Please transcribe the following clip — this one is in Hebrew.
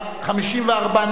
54 נגד,